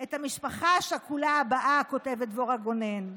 את המשפחה השכולה הבאה, כותבת דבורה גונן.